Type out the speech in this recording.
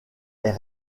est